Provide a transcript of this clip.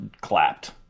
clapped